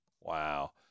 Wow